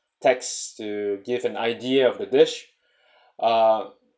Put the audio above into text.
text to give an idea of the dish uh